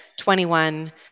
21